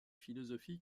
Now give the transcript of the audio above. philosophie